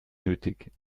nötig